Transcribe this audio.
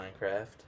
minecraft